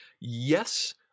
Yes